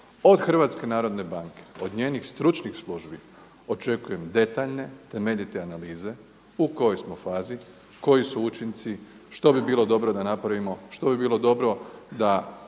eura. Od HNB-a, od njenih stručnih službi očekujem detaljne, temeljite analize u kojoj smo fazi, koji su učinci, što bi bilo da napravimo, što bi bilo dobro da